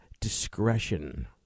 discretion